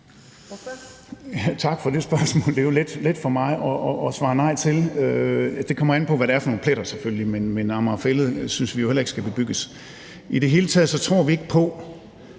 Tak for det spørgsmål. Det er jo let for mig at svare nej til. Selvfølgelig kommer det an på, hvad det er for nogle pletter, men Amager Fælled synes vi jo heller ikke skal bebygges. I det hele taget tror vi ikke på,